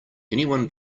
anyone